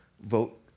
vote